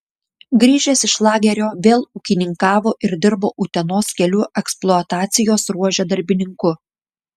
grįžęs iš lagerio vėl ūkininkavo ir dirbo utenos kelių eksploatacijos ruože darbininku